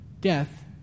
Death